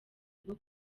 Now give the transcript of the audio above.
rwo